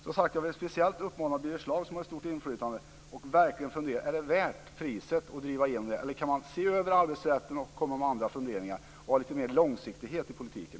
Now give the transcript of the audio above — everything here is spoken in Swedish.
Jag vill, som sagt, speciellt uppmana Birger Schlaug, som har ett stort inflytande, att verkligen fundera över om det är värt priset att driva igenom det här eller om man kan se över arbetsrätten och komma med andra funderingar och ha lite mer långsiktighet i politiken.